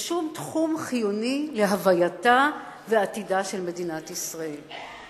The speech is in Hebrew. בשום תחום חיוני להווייתה ועתידה של מדינת ישראל.